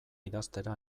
idaztera